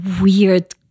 weird